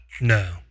no